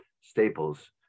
staples